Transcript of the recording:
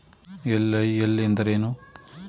LIL ಎಂದರೇನು?